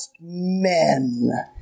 men